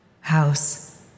House